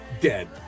dead